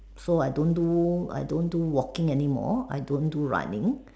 so I don't do I don't do walking anymore I don't do running